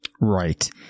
Right